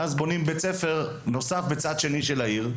ואז בונים בית ספר נוסף בצד השני של העיר,